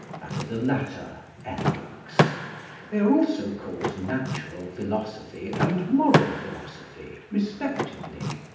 that of the latter, ethics they are also called natural philosophy and moral philosophy respectively.